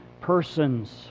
persons